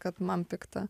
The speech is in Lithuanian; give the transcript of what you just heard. kad man pikta